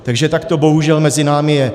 Takže tak to bohužel mezi námi je.